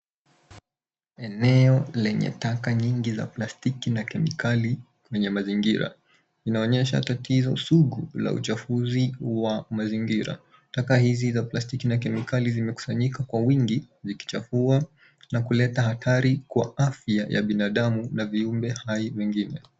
Eneo lenye taka nyingi za plastiki na kemikali kwenye mazingira. Inaonyesha tatizo sugu la uchafuzi wa mazingira. Taka hizi za plastiki na kemikali zimekusanyika kwa wingi, zikichafua na kuleta hatari kwa afya ya binadamu, na viumbe hai wengine.